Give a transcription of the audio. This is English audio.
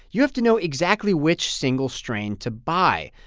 you have to know exactly which single strain to buy.